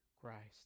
Christ